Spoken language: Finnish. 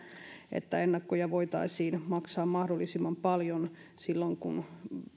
että ennakkoja voitaisiin maksaa mahdollisimman paljon silloin kun